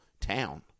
town